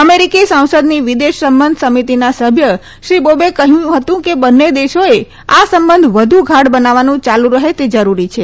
અમેરિકી સંસદની વિદેશ સંબંધ સમિતિના સભ્ય શ્રી બોબે કહ્યું હતું કે બંને દેશોએ આ સંબંધ વધુ ગાઢ બનવાનું ચાલુ રહે તે જરૂરી છે